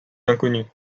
inconnue